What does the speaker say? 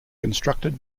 constructed